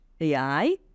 AI